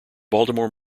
baltimore